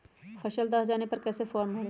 फसल दह जाने पर कैसे फॉर्म भरे?